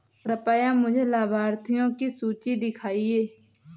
कृपया मुझे लाभार्थियों की सूची दिखाइए